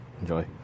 Enjoy